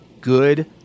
good